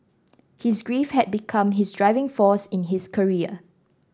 his grief had become his driving force in his career